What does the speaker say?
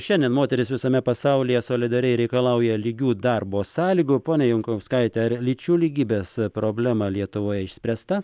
šiandien moterys visame pasaulyje solidariai reikalauja lygių darbo sąlygų ponia jankauskaite ar lyčių lygybės problema lietuvoje išspręsta